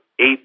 eight